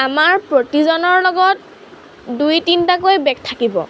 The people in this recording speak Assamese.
আমাৰ প্ৰতিজনৰ লগত দুই তিনিটাকৈ বেগ থাকিব